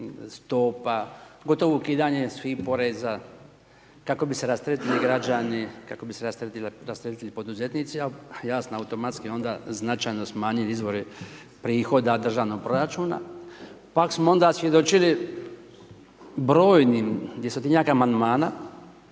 stopa, gotovo ukidanje svih poreza, kako bi se rasteretili građani, kako bi se rasteretili poduzetnici, a jasno automatski onda značajno smanjili izvori prihoda državnog proračuna, pak smo onda svjedočili brojnim 200-tinjak Amandmana